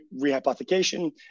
rehypothecation